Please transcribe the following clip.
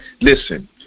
listen